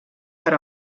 per